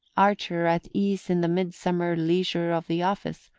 archer, at ease in the midsummer leisure of the office,